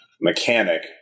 mechanic